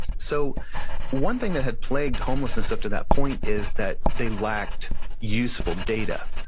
so one thing that had plagued homelessness up to that point is that they lacked useful data,